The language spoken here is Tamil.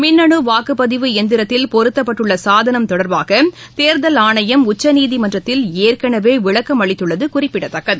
மின்னுவாக்குப்பதிவு எந்திரரத்தில் பொருத்தப்பட்டுள்ளசாதனம் தொடர்பாக தோ்தல் ஆணையம் உச்சநீதிமன்றத்தில் ஏற்கனவேவிளக்கம் அளித்துள்ளதுகுறிப்பிடத்தக்கது